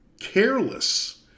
careless